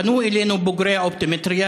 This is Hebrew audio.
פנו אלינו בוגרי האופטומטריה.